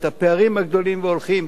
ואת הפערים הגדלים והולכים,